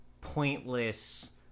pointless